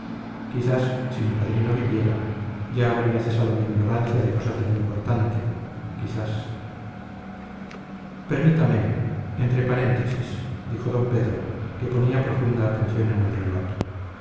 quizás si mi padrino viviera ya habría cesado mi ignorancia de cosa tan importante quizás permítame entre paréntesis dijo d pedro que ponía profunda atención en el relato